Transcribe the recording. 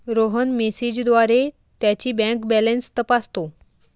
रोहन मेसेजद्वारे त्याची bank balance तपासतो